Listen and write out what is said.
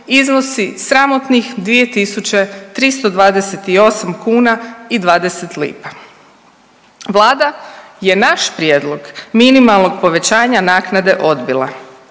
iznosi sramotnih 2.328 kuna i 20 lipa. Vlada je naš prijedlog minimalnog povećanja naknade odbila.